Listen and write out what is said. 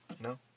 No